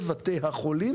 בחלק ניכר מבתי החולים,